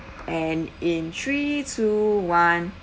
and in three two one